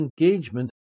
engagement